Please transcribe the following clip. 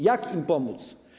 Jak im pomóc?